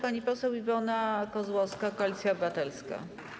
Pani poseł Iwona Kozłowska, Koalicja Obywatelska.